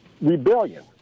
rebellion